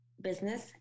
Business